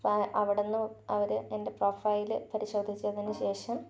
അപ്പോൾ അവിടെ നിന്ന് അവർ എൻ്റെ പ്രൊഫൈൽ പരിശോധിച്ചതിനു ശേഷം